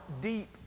deep